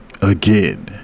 again